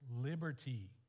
liberty